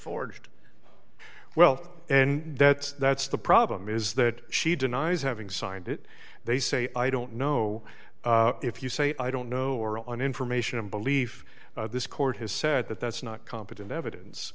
forged well and that's that's the problem is that she denies having signed it they say i don't know if you say i don't know or on information and belief this court has said that that's not competent evidence